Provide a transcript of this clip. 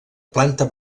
planta